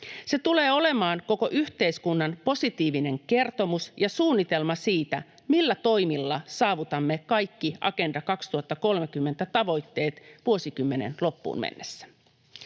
Se tulee olemaan koko yhteiskunnan positiivinen kertomus ja suunnitelma siitä, millä toimilla saavutamme kaikki Agenda 2030 ‑tavoitteet vuosikymmenen loppuun mennessä.